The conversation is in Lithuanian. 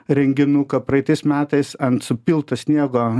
renginuką praeitais metais ant supilto sniego